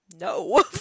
no